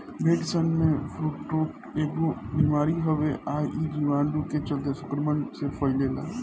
भेड़सन में फुट्रोट एगो बिमारी हवे आ इ जीवाणु के चलते संक्रमण से फइले ला